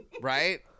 right